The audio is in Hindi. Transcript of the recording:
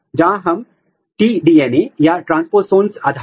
अब यह हाइड्रोलाइज्ड प्रोब संकरण के लिए तैयार है